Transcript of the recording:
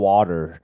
Water